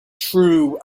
true